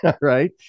right